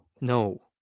no